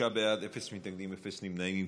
תשעה בעד, אפס מתנגדים, אפס נמנעים.